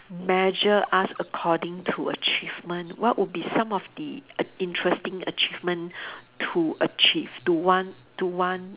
measure us according to achievement what would be some of the a~ interesting achievement to achieve to want to want